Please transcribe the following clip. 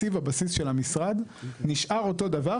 תקציב הבסיס של המשרד נשאר אותו דבר,